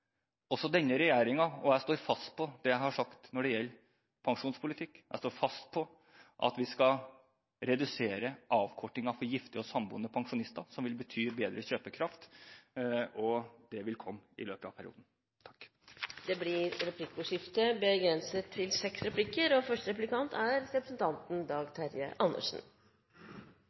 Også denne regjeringen og jeg står fast på det jeg har sagt når det gjelder pensjonspolitikk; jeg står fast på at vi skal redusere avkortingen for gifte og samboende pensjonister, som vil bety bedre kjøpekraft, og det vil komme i løpet av perioden. Det blir replikkordskifte.